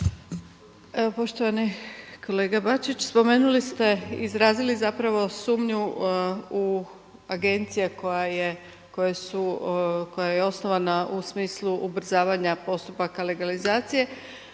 Poštovani kolega Bačić. Spomenuli ste izrazili zapravo sumnju u agencije koja je osnovana u smislu ubrzavanja postupaka legalizacije.